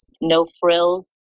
no-frills